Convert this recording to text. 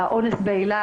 על האונס באילת,